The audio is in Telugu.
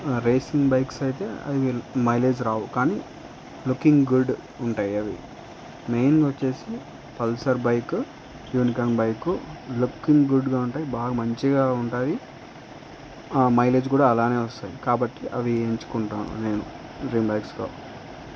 రేసింగ్ బైక్స్ అయితే అవి మైలేజ్ రావు కానీ లుకింగ్ గుడ్ ఉంటాయి అవి మెయిన్ వచ్చేసి Pulsar bike Unicorn bike looking గుడ్గా ఉంటాయి బాగా మంచిగా ఉంటుంది మైలేజ్ కూడా అలానే వస్తాయి కాబట్టి అవి ఎంచుకుంటాను నేను డ్రీమ్ బైక్స్గా